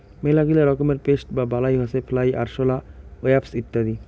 মেলাগিলা রকমের পেস্ট বা বালাই হসে ফ্লাই, আরশোলা, ওয়াস্প ইত্যাদি